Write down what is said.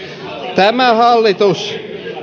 tämä hallitus